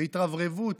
בהתרברבות